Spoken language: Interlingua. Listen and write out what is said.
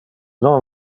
non